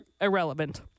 irrelevant